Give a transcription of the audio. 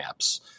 apps